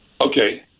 Okay